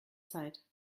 zeit